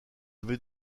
avez